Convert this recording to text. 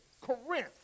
Corinth